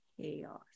chaos